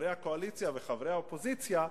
חברי הקואליציה וחברי האופוזיציה,